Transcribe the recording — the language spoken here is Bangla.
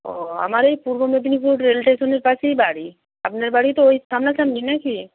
ও আমার এই পূর্ব মেদিনীপুর রেল স্টেশনের পাশেই বাড়ি আপনার বাড়ি তো ওই সামনাসামনি না কি